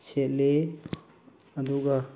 ꯁꯦꯠꯂꯤ ꯑꯗꯨꯒ